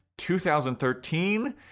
2013